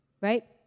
right